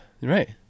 right